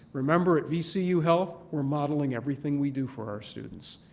remember, at vcu health, we're modeling everything we do for our students.